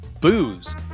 booze